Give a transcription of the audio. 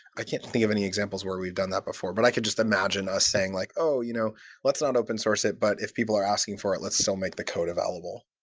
i can't think of any examples where we've done that before, but i could just imagine us saying, like oh, you know. let's not open-source it, but if people are asking for it, let's still make the code available.